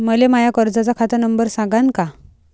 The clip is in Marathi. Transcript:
मले माया कर्जाचा खात नंबर सांगान का?